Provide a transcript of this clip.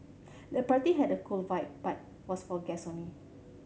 the party had a cool vibe but was for guest only